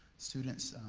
students